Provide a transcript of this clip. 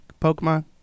Pokemon